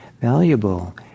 valuable